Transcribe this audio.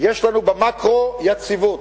יש לנו במקרו יציבות,